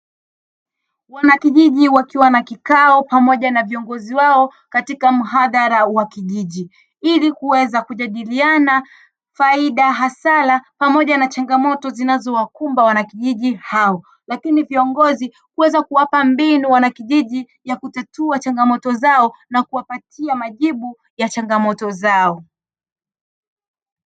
Wanakijiji wakiwa na kikao pamoja na viongozi wao katika mhadhara wa kijiji, ili kuweza kujadiliana faida, hasara pamoja na changamoto zinazowakumba wanakijiji hao, lakini viongozi kuweza kuwapa mbinu wanakijiji ya kutatua changamoto zao na kuwapatia majibu ya changamoto zao.